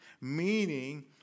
meaning